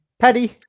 Paddy